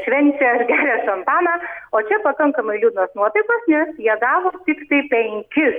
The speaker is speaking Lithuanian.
švenčia ar geria šampaną o čia pakankamai liūdnos nuotaikos net jie gavo tiktai penkis